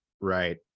right